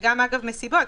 וגם במסיבות,